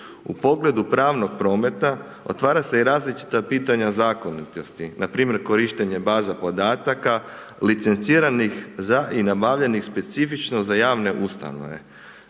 U pogledu pravnog prometa otvara se i različita pitanja zakonitosti npr. korištenje baza podataka, licenciranih za i nabavljenih specifično za javne ustanove.